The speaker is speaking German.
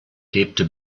lebte